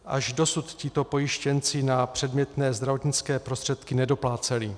Až dosud tito pojištěnci na předmětné zdravotnické prostředky nedopláceli.